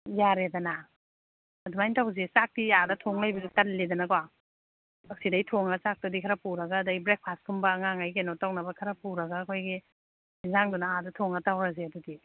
ꯌꯥꯔꯦꯗꯅ ꯑꯗꯨꯃꯥꯏꯅ ꯇꯧꯁꯦ ꯆꯥꯛꯇꯤ ꯑꯥꯗ ꯊꯣꯡ ꯂꯩꯕꯗꯨ ꯇꯜꯂꯤꯗꯅꯀꯣ ꯁꯤꯗꯒꯤ ꯊꯣꯡꯉꯒ ꯆꯥꯛꯇꯨꯗꯤ ꯈꯔ ꯄꯨꯔꯒ ꯑꯗꯒꯤ ꯕ꯭ꯔꯤꯛꯐꯥꯁ ꯀꯨꯝꯕ ꯑꯉꯥꯡꯉꯩ ꯀꯩꯅꯣ ꯇꯧꯅꯕ ꯈꯔ ꯄꯨꯔꯒ ꯑꯩꯈꯣꯏꯒꯤ ꯑꯦꯟꯁꯥꯡꯗꯨꯅ ꯑꯥꯗ ꯊꯣꯡꯉ ꯇꯧꯔꯁꯦ ꯑꯗꯨꯗꯤ